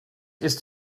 ist